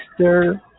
mr